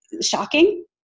shocking